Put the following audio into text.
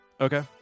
Okay